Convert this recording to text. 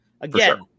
Again